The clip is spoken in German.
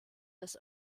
des